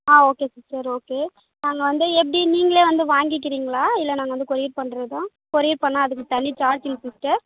ஆ okay sister okay நாங்கள் வந்து எப்படி நீங்கள் வந்து வாங்கிக்கிறீங்களா இல்லை நாங்கள் வந்து கொரியர் பண்ணுறதா கொரியர் பண்ணா அதுக்கு தனி சார்ஜ் இருக்குது சிஸ்டர்